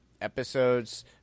episodes